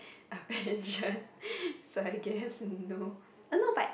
a pension so I guess no I know but